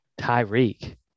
Tyreek